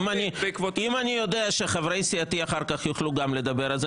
אם אני יודע שחברי סיעתי אחר כך יוכלו לדבר גם הם,